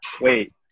Wait